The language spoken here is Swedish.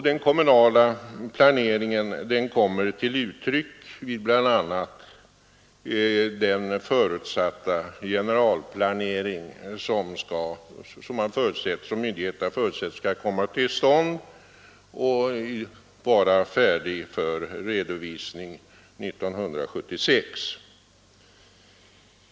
Den kommunala planeringen kommer till uttryck vid bl.a. den generalplanering som myndigheterna förutsätter skall komma till stånd och vara färdig för redovisning 1976.